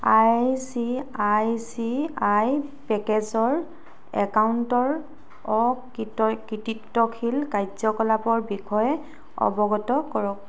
I C I C I পেকেটছ্ৰ একাউণ্টৰ অকৃত কৃতিত্বশীল কাৰ্য্যকলাপৰ বিষয়ে অৱগত কৰক